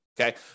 okay